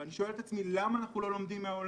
ואני שואל את עצמי למה אנחנו לא לומדים מהעולם,